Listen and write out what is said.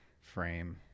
frame